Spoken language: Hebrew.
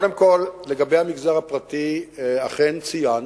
לגבי המגזר הפרטי אכן ציינת,